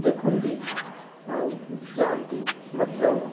ଦେଖନ୍ତି ଆଉ ଯାଆନ୍ତି ମାତ୍ର